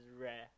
rare